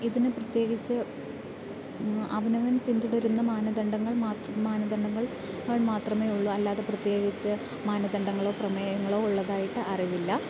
ഇതിന് പ്രത്യേകിച്ച് അവൻ അവൻ പിന്തുടരുന്ന മാനദണ്ഡങ്ങൾ മാത്രം മാനദണ്ഡങ്ങൾ ങ്ങൾ മാത്രമേ ഉള്ളു അല്ലാതെ പ്രത്യേകിച്ച് മാനദണ്ഡങ്ങളോ പ്രമേയങ്ങളോ ഉള്ളതായിട്ട് അറിവില്ല